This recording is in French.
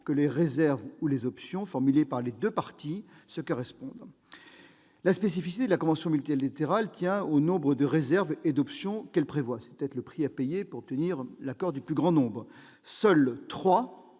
que les réserves ou options formulées par les deux parties sur cette disposition correspondent. La spécificité de cette convention multilatérale tient au nombre de réserves et d'options qu'elle prévoit. Mais là est peut-être le prix à payer pour obtenir l'accord du plus grand nombre ... Seuls trois